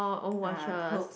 uh clothes